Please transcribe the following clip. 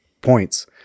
points